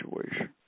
situation